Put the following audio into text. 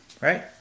right